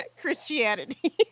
Christianity